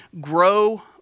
grow